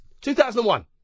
2001